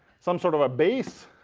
some sort of a base